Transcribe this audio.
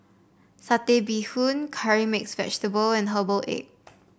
Satay Bee Hoon Curry Mixed Vegetable and Herbal Egg